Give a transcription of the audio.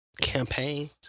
campaigns